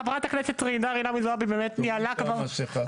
חברת הכנסת ג'ידא רינאוי זועבי באמת ניהלה כבר שני